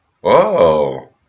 Whoa